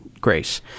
grace